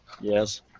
Yes